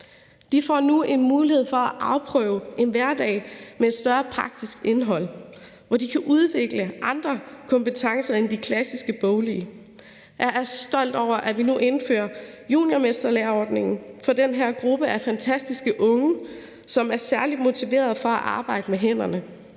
De får nu en mulighed for at afprøve en hverdag med et større praktisk indhold, hvor de kan udvikle andre kompetencer end de klassisk boglige. Jeg er stolt over, at vi nu indfører juniormesterlæreordningen for den her gruppe af fantastiske unge, som er særlig motiverede for at arbejde med hænderne.